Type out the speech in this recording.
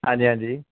ਹਾਂਜੀ ਹਾਂਜੀ